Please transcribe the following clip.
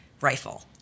rifle